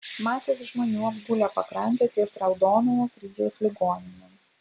masės žmonių apgulę pakrantę ties raudonojo kryžiaus ligonine